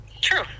True